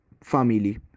family